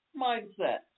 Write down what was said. Mindset